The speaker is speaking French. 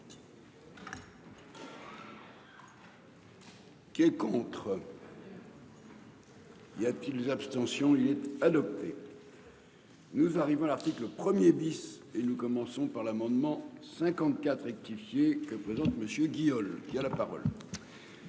Qui est contre. Y a-t-il des abstentions il est adopté. Nous arrivons à l'article 1er bis et nous commençons par l'amendement 54 rectifié que présente Monsieur Guillaume qui a la parole.